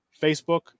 Facebook